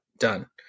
done